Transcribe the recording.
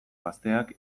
gazteak